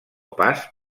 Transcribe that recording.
pas